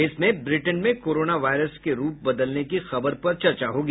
इसमें ब्रिटेन में corona virus के रूप बदलने की खबर पर चर्चा होगी